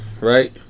right